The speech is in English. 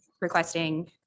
requesting